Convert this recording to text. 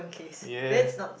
yes